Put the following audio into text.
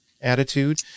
attitude